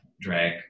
drag